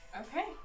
Okay